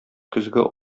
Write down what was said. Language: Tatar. көзге